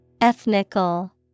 Ethnical